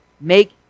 make